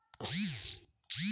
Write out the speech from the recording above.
मेथीसाठी कोणती खते वापरावी?